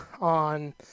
on